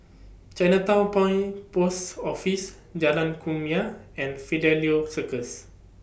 Chinatown Point Post Office Jalan Kumia and Fidelio Circus